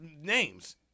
names